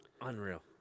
Unreal